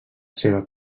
seva